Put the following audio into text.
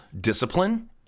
discipline